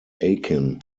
akin